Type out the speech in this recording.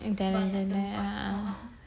and then macam ni a'ah